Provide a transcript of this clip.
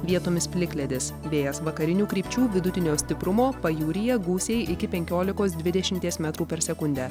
vietomis plikledis vėjas vakarinių krypčių vidutinio stiprumo pajūryje gūsiai iki penkiolikos dvidešimties metrų per sekundę